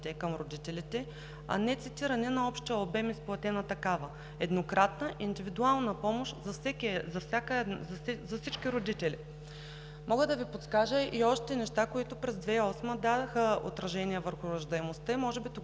към родителите, а не цитиране на общия обем изплатена такава еднократна индивидуална помощ за всички родители. Мога да Ви подскажа и още неща, които през 2008 г. дадоха отражение върху раждаемостта и може би това